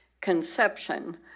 conception